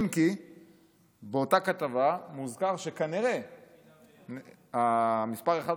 אם כי באותה כתבה מוזכר שכנראה מס' אחת